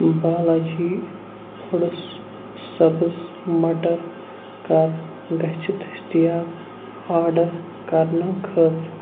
Balaji foods سبٕز مٹر کَر گژھِ دٔستیاب آرڈر کَرنہٕ خٲطرٕ